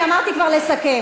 אני אמרתי כבר לסכם.